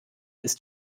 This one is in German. ist